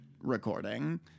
recording